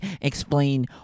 explain